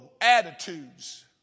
attitudes